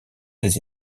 ses